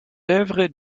œuvres